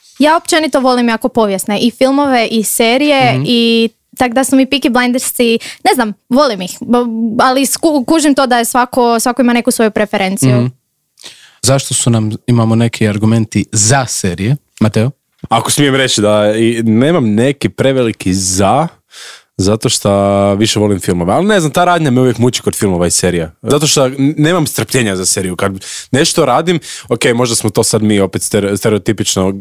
Ja općenito volim jako povijesne i filmove i serije Mhm. i tak da su mi Peaky Blindersi, ne znam, volim ih, bo- ali sku- kužim to da je svako- svako ima neku svoju preferenciju. Mhm. Zašto su nam- imamo neki argumenti za serije? Mateo? Ako smijem reći da i- nemam neki preveliki za, zato što više volim filmove, al ne znam, ta radnja me uvijek muči kod filmova i serija, zato što n- nemam strpljenja za seriju, kad nešto radim, ok, možda smo to sad mi opet stere- stereotipično